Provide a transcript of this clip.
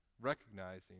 recognizing